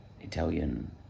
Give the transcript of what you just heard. Italian